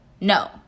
no